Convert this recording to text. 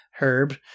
Herb